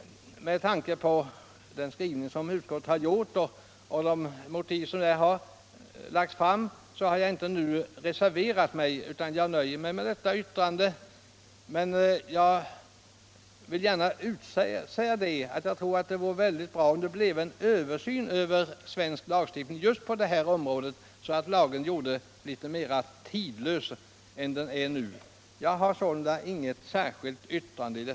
Med tanke på utskottets skrivning och de motiv som där förts fram har jag inte nu reserverat mig, utan jag nöjer mig med det särskilda yttrandet. Jag vill emellertid gärna säga ut att jag tror det vore väldigt bra om det gjordes en översyn av svensk lagstiftning just i det här avseendet, så att lagen blev litet mera tidlös än nu. Jag har sålunda inget särskilt yrkande.